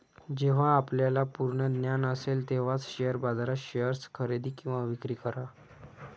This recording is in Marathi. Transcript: जेव्हा आपल्याला पूर्ण ज्ञान असेल तेव्हाच शेअर बाजारात शेअर्स खरेदी किंवा विक्री करा